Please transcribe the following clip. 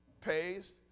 pays